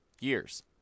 years